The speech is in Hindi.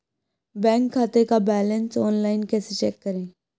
बैंक खाते का बैलेंस ऑनलाइन कैसे चेक करें?